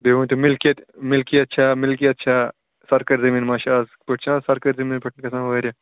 بیٚیہِ ؤنۍ تَو مِلکیت مِلکیت چھا مِلکیت چھا سَرکٲرۍ زٔمیٖن مہَ چھُ آز گۄڈٕ چھُ آز سَرکٲرۍ زٔمیٖنَس پیٹھ تہِ گَژھان واریاہ